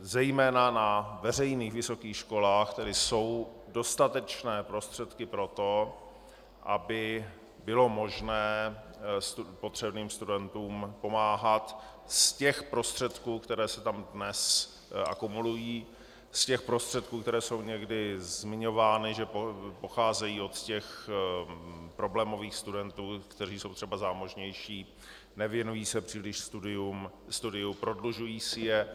Zejména na veřejných vysokých školách jsou dostatečné prostředky pro to, aby bylo možné potřebným studentům pomáhat z těch prostředků, které se tam dnes akumulují, z těch prostředků, které jsou někdy zmiňovány, že pocházejí od problémových studentů, kteří jsou třeba zámožnější, nevěnují se příliš studiu, prodlužují si je.